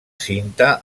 cinta